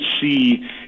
see